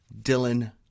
Dylan